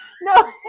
No